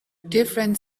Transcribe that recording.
different